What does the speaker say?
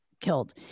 killed